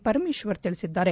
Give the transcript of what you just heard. ಪರಮೇಶ್ವರ್ ತಿಳಿಸಿದ್ದಾರೆ